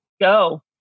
Go